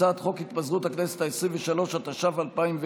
הצעת חוק התפזרות הכנסת העשרים-ושלוש, התש"ף 2020,